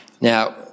Now